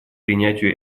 принятию